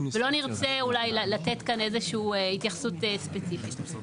ולא בהכרח נרצה לתת איזושהי התייחסות ספציפית לכך.